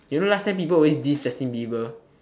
you know last time people always diss Justin Bieber